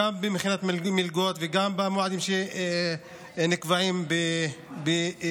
גם מבחינת המלגות וגם במועדים שנקבעים למבחנים,